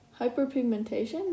hyperpigmentation